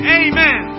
amen